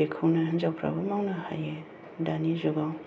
बेखौनो हिनजावफोराबो मावनो हायो दानि जुगाव